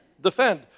Defend